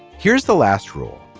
here's the last rule.